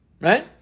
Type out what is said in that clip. Right